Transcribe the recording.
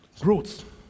Growth